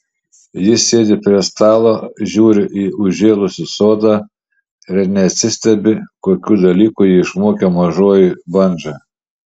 jis sėdi prie stalo žiūri į užžėlusį sodą ir neatsistebi kokių dalykų jį išmokė mažoji bandža